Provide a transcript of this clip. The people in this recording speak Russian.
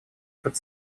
под